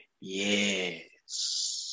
yes